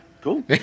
Cool